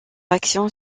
action